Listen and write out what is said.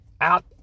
out